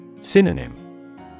Synonym